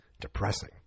depressing